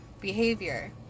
behavior